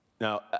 Now